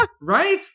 Right